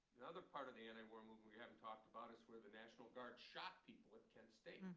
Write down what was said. the other part of the anti-war movement we haven't talked about is where the national guard shot people at kent state. and